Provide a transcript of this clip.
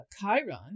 Chiron